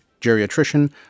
geriatrician